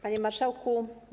Panie Marszałku!